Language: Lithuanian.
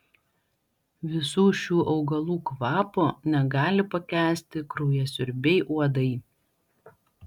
visų šių augalų kvapo negali pakęsti kraujasiurbiai uodai